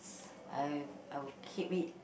I I would keep it